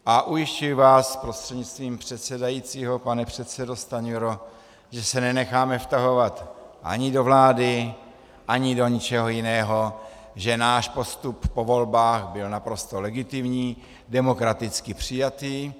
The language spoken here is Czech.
A ujišťuji vás prostřednictvím předsedajícího, pane předsedo Stanjuro, že se nenecháme vtahovat ani do vlády, ani do ničeho jiného, že náš postup po volbách byl naprosto legitimní, demokraticky přijatý.